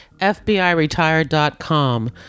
FBIretired.com